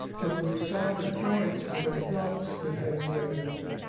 but we solder joints with a flux that has lead in it.